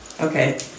Okay